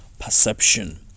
perception